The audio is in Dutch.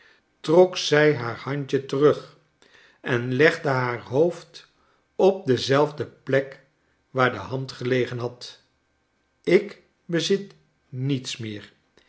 trok zij haar handje terug en legde haar hoofd op dezelfde plek waax de hand gelegen had ik bezit niets meer